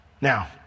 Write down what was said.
Now